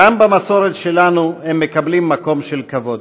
גם במסורת שלנו הם מקבלים מקום של כבוד.